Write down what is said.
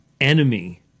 enemy